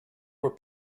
were